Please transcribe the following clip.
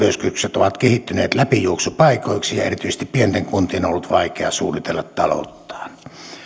ovat kehittyneet läpijuoksupaikoiksi ja erityisesti pienten kun tien on ollut vaikea suunnitella talouttaan